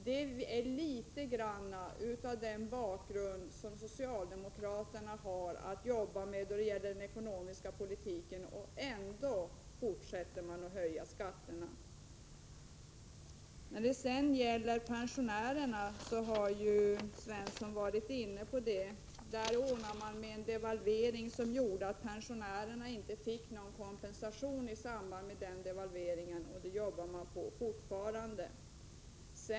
Det är bl.a. mot den bakgrunden socialdemokraterna haft att föra den ekonomiska politiken, men ändå fortsätter man att höja skatterna. Karl-Gösta Svenson har varit inne på frågan om pensionärernas situation. Regeringen genomförde en devalvering, för vilken man inte gav pensionärerna någon kompensation. Den frågan arbetar man fortfarande med.